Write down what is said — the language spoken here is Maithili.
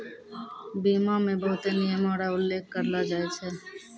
बीमा मे बहुते नियमो र उल्लेख करलो जाय छै